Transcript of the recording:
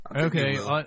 Okay